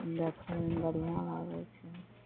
देखयमे बढ़िआँ लागय छै